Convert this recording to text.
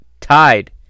tied